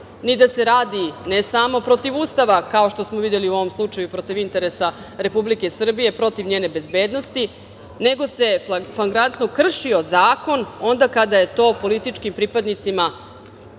ni da se radi ne samo protiv Ustava, kao što smo videli u ovom slučaju, protiv interesa Republike Srbije, protiv njene bezbednosti, nego se flagrantno kršio zakon onda kada je to politički pripadnicima